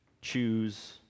choose